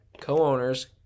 Co-owners